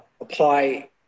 apply